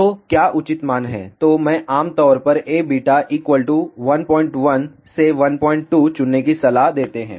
तो क्या उचित मान क्या है तो मैं आम तौर पर Aβ 11 से 12 चुनने की सलाह देते है